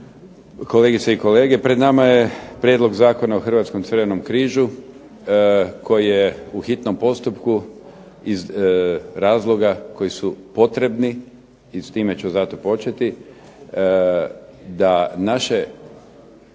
Kolegice i kolege pred nama je prijedlog Zakona o Hrvatskom crvenom križu koji je u hitnom postupku iz razloga koji su potrebni i s time ću zato početi, da naše